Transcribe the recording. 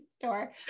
store